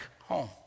home